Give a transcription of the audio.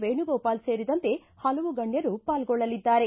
ವೇಣುಗೋಪಾಲ್ ಸೇರಿದಂತೆ ಹಲವು ಗಣ್ಣರು ಪಾಲ್ಗೊಳ್ಳಲಿದ್ದಾರೆ